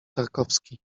tarkowski